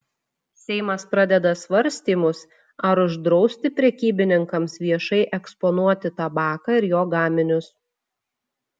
seimas pradeda svarstymus ar uždrausti prekybininkams viešai eksponuoti tabaką ir jo gaminius